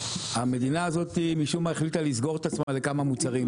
המדינה הזאת משום מה החליטה לסגור את עצמה לכמה מוצרים.